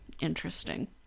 interesting